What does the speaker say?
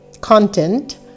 content